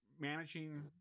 managing